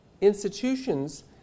Institutions